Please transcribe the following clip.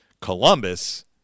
Columbus